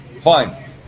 Fine